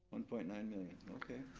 one point nine million, okay.